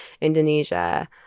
Indonesia